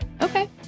Okay